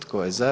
Tko je za?